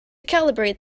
calibrate